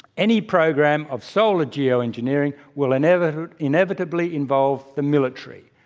any program of solar geoengineering will inevitably inevitably involve the military.